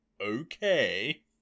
okay